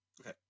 okay